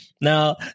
now